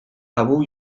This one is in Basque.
abu